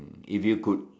if you could